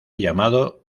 llamado